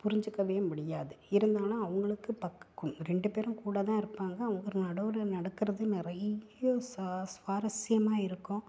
புரிஞ்சிக்கவே முடியாது இருந்தாலும் அவங்களுக்கு பக்கம் ரெண்டு பேரும் கூடதான் இருப்பாங்க அவங்க ஒவ்வொரு நடைமுறையும் நடக்கிறது நிறைய ச ஸ்வாரசியமாக இருக்கும்